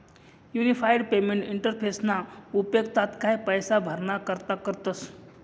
unified payment इंटरफेसना उपेग तात्काय पैसा भराणा करता करतस